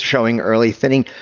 showing early thinning,